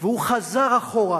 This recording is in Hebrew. הוא חזר אחורה,